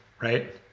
right